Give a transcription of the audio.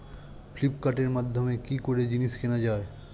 ফ্লিপকার্টের মাধ্যমে কি করে জিনিস কেনা যায়?